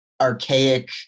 archaic